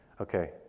Okay